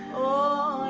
oh,